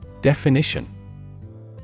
Definition